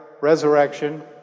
resurrection